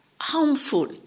harmful